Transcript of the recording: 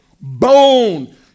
bone